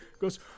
goes